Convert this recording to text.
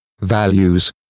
values